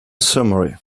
summary